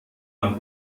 man